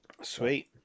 Sweet